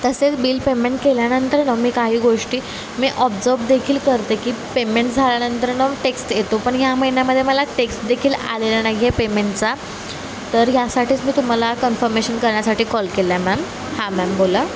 तसेच bill payment केल्यानंतर न मी काही गोष्टी मी ऑब्जर्व देखील करते की पेमेंट झाल्यानंतर न टेक्स्ट येतो पण या महिन्यामध्ये मला टेक्स देखील आलेलं नाही आहे पेमेंटचा तर यासाठीच मी तुम्हाला कन्फमेशन करण्यासाठी कॉल केला आहे मॅम हां मॅम बोला